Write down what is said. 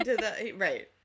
Right